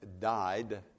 died